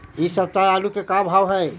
इ सप्ताह आलू के का भाव है?